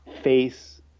face